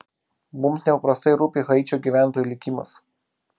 mums nepaprastai rūpi haičio gyventojų likimas